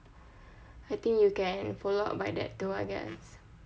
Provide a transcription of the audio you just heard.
I think you can follow up like that too I guess